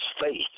faith